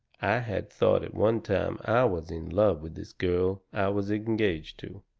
i had thought at one time i was in love with this girl i was engaged to.